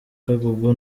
kagugu